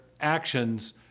actions